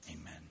amen